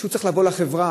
הוא צריך לבוא לחברה,